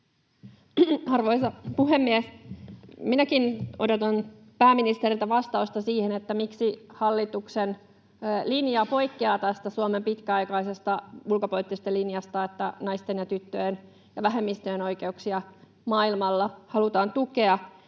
Arvoisa puhemies! Minäkin odotan pääministeriltä vastausta siihen, miksi hallituksen linja poikkeaa tästä Suomen pitkäaikaisesta ulkopoliittisesta linjasta, että naisten, tyttöjen ja vähemmistöjen oikeuksia maailmalla halutaan tukea.